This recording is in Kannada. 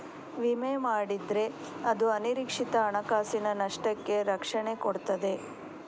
ವಿಮೆ ಮಾಡಿದ್ರೆ ಅದು ಅನಿರೀಕ್ಷಿತ ಹಣಕಾಸಿನ ನಷ್ಟಕ್ಕೆ ರಕ್ಷಣೆ ಕೊಡ್ತದೆ